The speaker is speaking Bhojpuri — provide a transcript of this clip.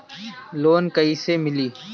लोन कइसे मिली?